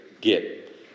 get